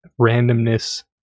randomness